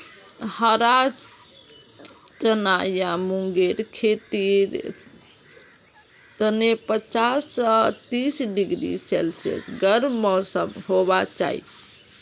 हरा चना या मूंगेर खेतीर तने पच्चीस स तीस डिग्री सेल्सियस गर्म मौसम होबा चाई